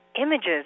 images